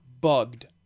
bugged